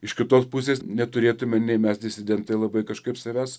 iš kitos pusės neturėtume nei mes disidentai labai kažkaip savęs